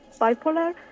bipolar